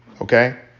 okay